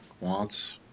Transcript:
wants